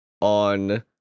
on